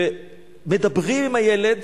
מדברים עם הילד,